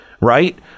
right